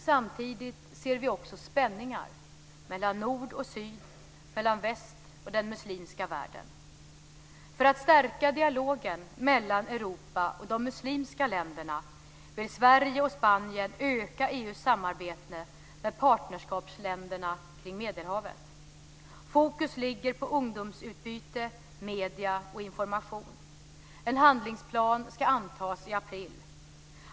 Samtidigt ser vi också spänningar mellan nord och syd, mellan väst och den muslimska världen. För att stärka dialogen mellan Europa och de muslimska länderna vill Sverige och Spanien öka Medelhavet. Fokus ligger på ungdomsutbyte, medier och information. En handlingsplan ska antas i april.